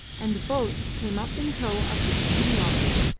and the boats came up in tow of the steam launch,